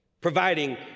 providing